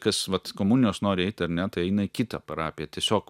kas vat komunijos nori eit ar ne tai eina į kitą parapiją tiesiog